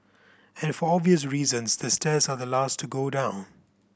and for obvious reasons the stairs are the last to go down